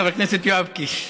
חבר הכנסת יואב קיש,